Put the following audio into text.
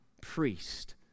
priest